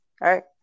right